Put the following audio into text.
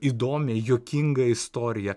įdomią juokingą istoriją